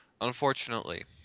Unfortunately